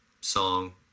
song